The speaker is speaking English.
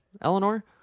Eleanor